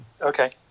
Okay